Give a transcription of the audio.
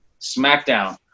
SmackDown